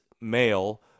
male